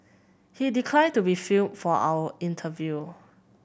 he declined to be filmed for our interview